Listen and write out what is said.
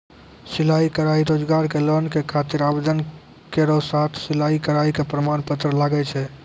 सिलाई कढ़ाई रोजगार के लोन के खातिर आवेदन केरो साथ सिलाई कढ़ाई के प्रमाण पत्र लागै छै?